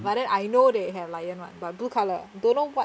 but then I know they have lion [one] but blue colour don't know what